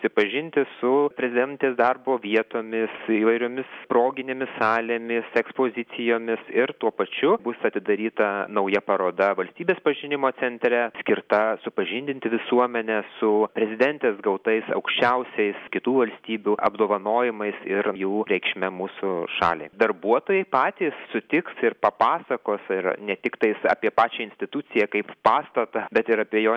susipažinti su prezidentės darbo vietomis įvairiomis proginėmis salėmis ekspozicijomis ir tuo pačiu bus atidaryta nauja paroda valstybės pažinimo centre skirta supažindinti visuomenę su prezidentės gautais aukščiausiais kitų valstybių apdovanojimais ir jų reikšme mūsų šaliai darbuotojai patys sutiks ir papasakos ir ne tiktais apie pačią instituciją kaip pastatą bet ir apie jo